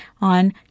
on